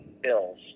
bills